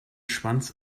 schwanz